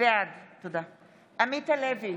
בעד עמית הלוי,